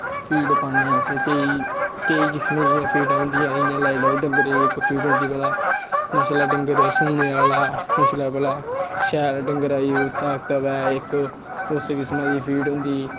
feed पान्नें अस केईं किसमें दियां फीडां होंदियां जि'यां लाई लाओ इक होंदी भला जिसलै डंगर सूने आह्ला उसलै भला शैल डंगरा गी ताकत आवै उस किसमा दी फीड होंदी